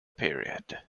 period